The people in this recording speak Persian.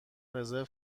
رزرو